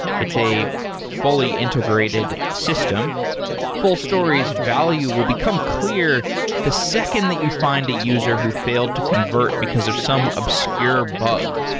it's a fully integrated system full story's value will become clear the second that you find a user who failed to convert because of some obscure bug.